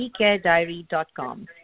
eCareDiary.com